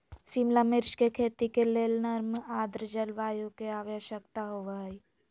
शिमला मिर्च के खेती के लेल नर्म आद्र जलवायु के आवश्यकता होव हई